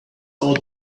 our